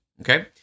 okay